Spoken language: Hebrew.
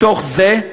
מתוך זה,